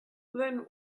then